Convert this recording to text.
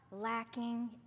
lacking